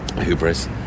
hubris